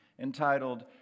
entitled